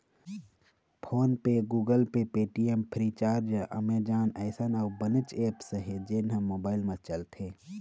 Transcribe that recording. phone पे, Google Pay, Paytm, Freecharge, Amazon अइसन अउ बनेच ऐप्स हे जेन ह मोबाईल म चलथे